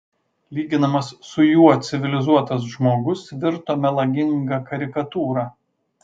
lyginamas su juo civilizuotas žmogus virto melaginga karikatūra